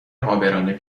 عابران